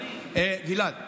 גלעד,